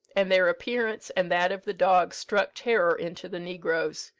and their appearance and that of the dogs struck terror into the negroes.